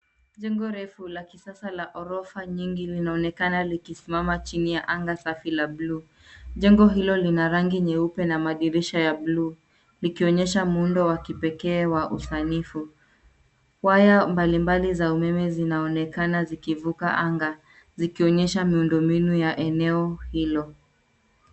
Jengo refu la kisasa la ghorofa nyingi linaonekana likisimama chini ya anga safi la bluu. Jengo hilo lina rangi nyeupe na madirisha ya bluu, likionyesha muundo wa kipekee wa usanifu. Waya mbalimbali za umeme zinaonekana zikivuka anga, zikionyesha miundo mbinu ya eneo hilo.